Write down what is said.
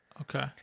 Okay